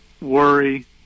worry